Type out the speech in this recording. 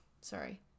sorry